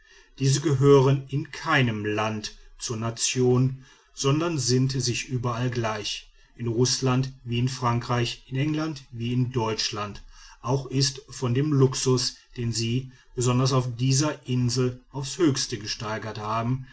diese gehören in keinem lande zur nation sondern sind sich überall gleich in rußland wie in frankreich in england wie in deutschland auch ist von dem luxus den sie besonders auf dieser insel auf's höchste gesteigert haben